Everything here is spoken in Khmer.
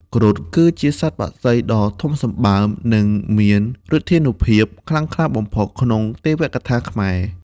គ្រុឌ គឺជាសត្វបក្សីដ៏ធំសម្បើម និងមានឫទ្ធានុភាពខ្លាំងក្លាបំផុតក្នុងទេវកថាខ្មែរ។